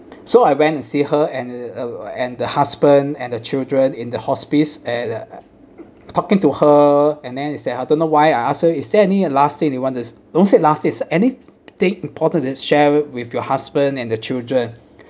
so I went to see her and uh and the husband and the children in the hospice and uh talking to her and then is that I don't know why I ask is there any uh last say you want to don't say last say anything important that share with your husband and the children